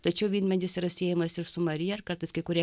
tačiau vynmedis yra siejamas ir su marija ir kartais kai kurie